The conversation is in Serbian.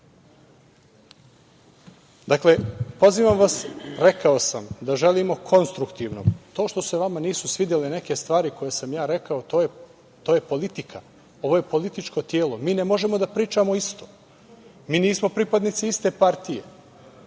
prava. Dakle, pozivam vas, rekao sam da želimo konstruktivno, to što se vama nisu svidele neke stvari koje sam ja rekao, to je politika. Ovo je političko telo. Mi ne možemo da pričamo isto. Mi nismo pripadnici iste partije.